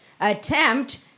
attempt